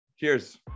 Cheers